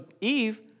Eve